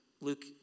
Luke